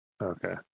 Okay